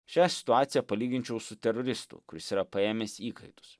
šią situaciją palyginčiau su teroristu kuris yra paėmęs įkaitus